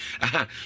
Aha